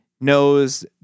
knows